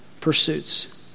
pursuits